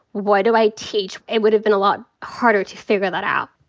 what do i teach? it would have been a lot harder to figure that out.